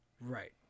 Right